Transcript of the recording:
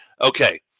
Okay